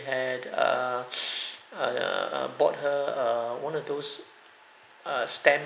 had err err bought her err one of those err stamp